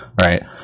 right